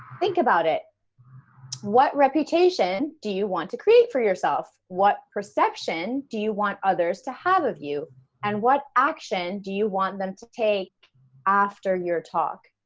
think about it what reputation do you want to create for yourself. what perception do you want others to have of you and what action do you want them to take after your talk?